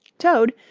toad,